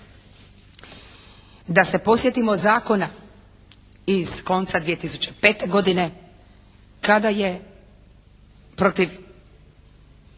Da se podsjetimo zakona iz konca 2005. godine kada je protiv